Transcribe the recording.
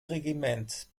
regiment